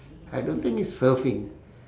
I don't think it's surfing